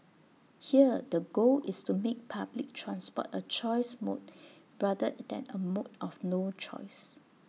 here the goal is to make public transport A choice mode rather than A mode of no choice